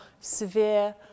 severe